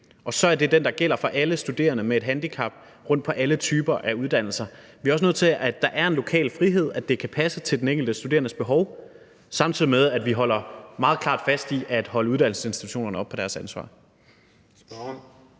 og så er det den, der gælder for alle studerende med et handicap på alle typer af uddannelser. Vi er også nødt til at sørge for, at der er en lokal frihed, så det kan passe til den enkelte studerendes behov, samtidig med at vi holder meget klart fast i at holde uddannelsesinstitutionerne op på deres ansvar.